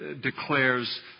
declares